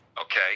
okay